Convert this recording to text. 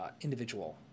individual